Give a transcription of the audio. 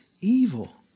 evil